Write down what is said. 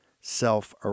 self